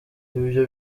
ivyo